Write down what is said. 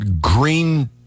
green